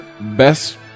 best